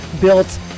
built